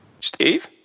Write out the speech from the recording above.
Steve